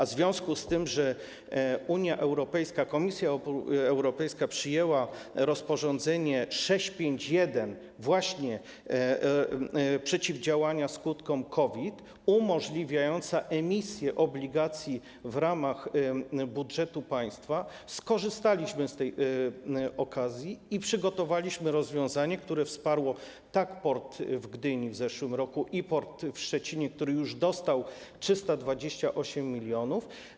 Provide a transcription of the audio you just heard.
W związku z tym, że Komisja Europejska przyjęła rozporządzenie nr 651, dotyczące właśnie przeciwdziałania skutkom COVID, umożliwiające emisję obligacji w ramach budżetu państwa, skorzystaliśmy z tej okazji i przygotowaliśmy rozwiązanie, które wsparło tak port w Gdyni w zeszłym roku, jak i port w Szczecinie, który już dostał 328 mln.